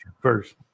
first